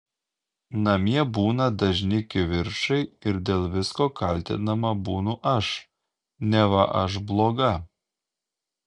namie būna dažni kivirčai ir dėl visko kaltinama būnu aš neva aš bloga